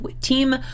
team